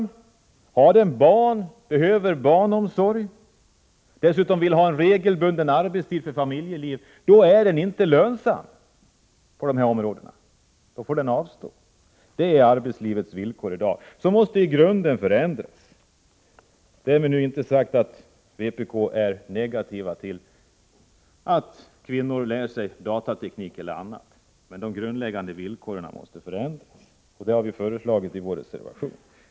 Om hon har barn och behöver barnomsorg, och om hon dessutom vill ha regelbunden arbetstid med hänsyn till familjelivet, då är hon inte lönsam på 107 dessa områden, då får hon avstå. Det är i dag arbetslivets villkor — som måste i grunden förändras. Därmed är inte sagt att vpk är negativt till att kvinnor lär sig datateknik eller annat. Men de grundläggande villkoren måste alltså förändras — och det har vi föreslagit i vår reservation.